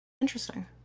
Interesting